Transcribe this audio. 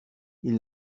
ils